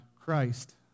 Christ